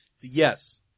Yes